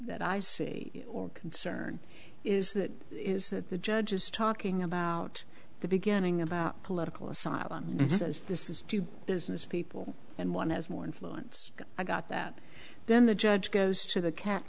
that i see or concern is that is that the judge is talking about the beginning about political asylum and says this is business people and one has more influence i got that then the judge goes to the cat